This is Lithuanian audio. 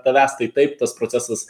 tavęs tai taip tas procesas